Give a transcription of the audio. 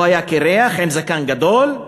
הוא היה קירח עם זקן גדול,